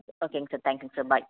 ஓகேங் சார் தேங்க்யூங் சார் பாய்